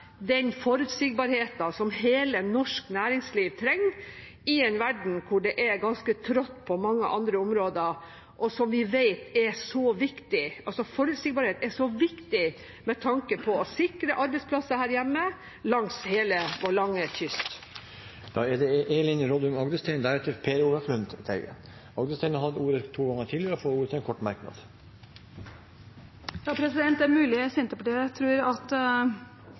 den forutsigbarheten som hele det norske næringslivet trenger i en verden der det er ganske trått på mange andre områder. Forutsigbarhet er så viktig med tanke på å sikre arbeidsplasser her hjemme langs hele vår lange kyst. Representanten Elin Rodum Agdestein har hatt ordet to ganger tidligere og får ordet til en kort merknad, begrenset til 1 minutt. Det er mulig Senterpartiet tror at